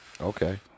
Okay